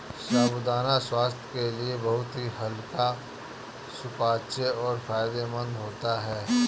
साबूदाना स्वास्थ्य के लिए बहुत ही हल्का सुपाच्य और फायदेमंद होता है